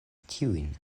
tiujn